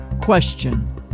question